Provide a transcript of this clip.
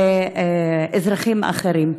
ואזרחים אחרים.